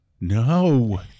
No